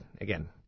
again